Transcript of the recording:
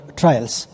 trials